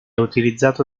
utilizzato